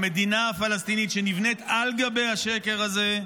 למדינה הפלסטינית שנבנית על גבי השקר הזה,